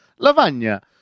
lavagna